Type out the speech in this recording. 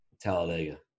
Talladega